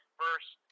first